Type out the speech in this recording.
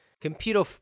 Computer